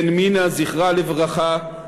בן מינה, זכרה לברכה,